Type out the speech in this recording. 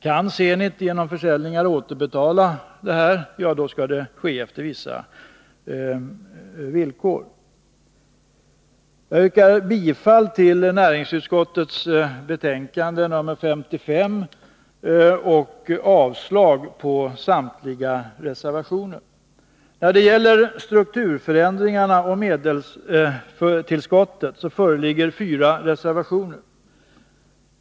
Kan Zenit genom försäljningar återbetala pengarna, skall detta ske efter vissa villkor. Jag yrkar bifall till hemställan i näringsutskottets betänkande 1982/83:55 och avslag på samtliga reservationer. När det gäller strukturförändringar och medelstillskott föreligger fyra reservationer.